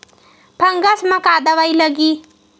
Fungus म का दवाई लगी?